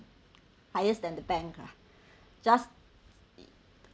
highest than the bank lah just